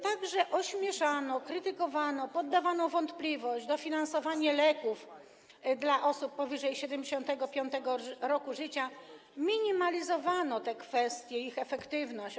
Także ośmieszano, krytykowano, podawano w wątpliwość dofinansowanie leków dla osób powyżej 75. roku życia, minimalizowano te kwestie i efektywność tego.